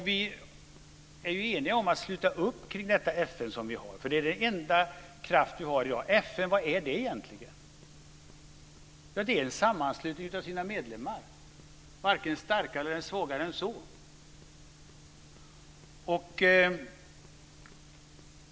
Vi är eniga om att sluta upp kring det FN vi har. Det är den enda kraft vi har i dag. Vad är egentligen FN? Det är en sammanslutning av sina medlemmar. Det är varken starkare eller svagare än så.